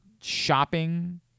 shopping